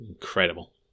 Incredible